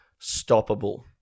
stoppable